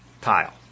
tile